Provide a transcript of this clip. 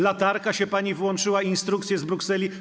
Latarka się pani włączyła, instrukcje z Brukseli?